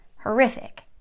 Horrific